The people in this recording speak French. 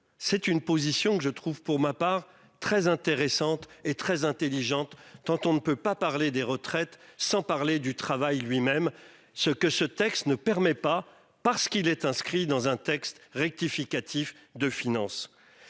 C'est une position que je trouve pour ma part très intéressante et très intelligente tente on ne peut pas parler des retraites sans parler du travail lui-même ce que ce texte ne permet pas parce qu'il est inscrit dans un texte rectificatif de finance.